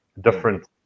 different